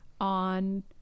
on